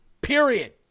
Period